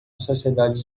sociedade